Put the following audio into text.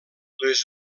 les